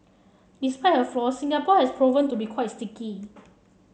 despite her flaws Singapore has proven to be quite sticky